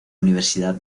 universidad